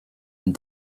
and